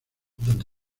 donde